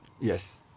Yes